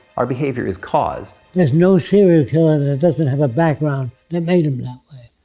our behavior is caused. there's no serial killer that doesn't have a background that made him that way.